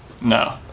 No